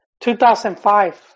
2005